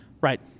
Right